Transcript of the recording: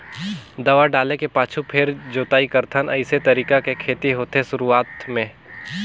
दवा डाले के पाछू फेर जोताई करथन अइसे तरीका के खेती होथे शुरूआत में